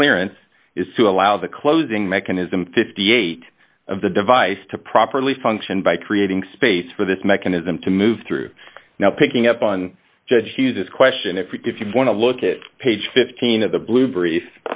the clearance is to allow the closing mechanism fifty eight of the device to properly function by creating space for this mechanism to move through now picking up on judge hughes this question if you want to look at page fifteen of the blue brief